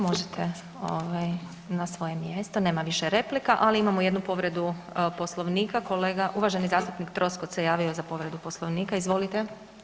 Možete ovaj na svoje mjesto, nema više replika, ali imamo jednu povredu Poslovnika, kolega, uvaženi zastupnik Troskot se javio za povredu Poslovnika, izvolite.